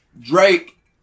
Drake